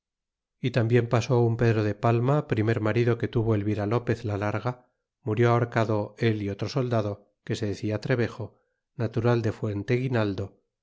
e tambien pasó un pedro de palma primer marido que tuvo elvira lopez la larga murió ahorcado él y otro soldado que se decia trebejo natural de